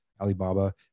Alibaba